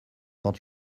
quand